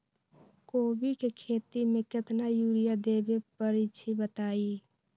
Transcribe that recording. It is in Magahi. कोबी के खेती मे केतना यूरिया देबे परईछी बताई?